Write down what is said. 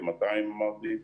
כ-200 אמרתי,